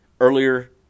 earlier